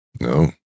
No